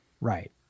Right